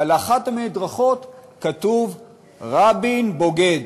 ועל אחת המדרכות כתוב "רבין בוגד".